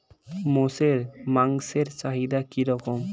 মোষের মাংসের চাহিদা কি রকম?